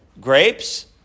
grapes